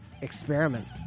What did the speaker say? Experiment